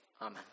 amen